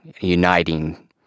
uniting